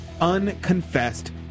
unconfessed